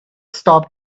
stop